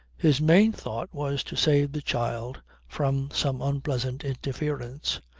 his main thought was to save the child from some unpleasant interference.